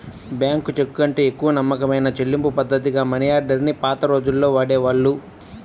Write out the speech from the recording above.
bank చెక్కుకంటే ఎక్కువ నమ్మకమైన చెల్లింపుపద్ధతిగా మనియార్డర్ ని పాత రోజుల్లో వాడేవాళ్ళు